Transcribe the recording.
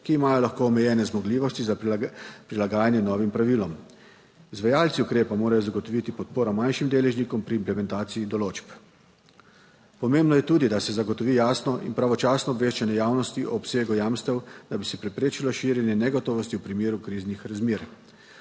ki imajo lahko omejene zmogljivosti za prilagajanje novim pravilom. Izvajalci ukrepov morajo zagotoviti podporo manjšim deležnikom pri implementaciji določb. Pomembno je tudi, da se zagotovi jasno in pravočasno obveščanje javnosti o obsegu jamstev, da bi se preprečilo širjenje negotovosti v primeru kriznih razmer.